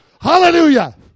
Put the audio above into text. Hallelujah